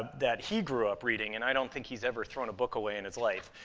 that he grew up reading, and i don't think he's ever thrown a book away in his life.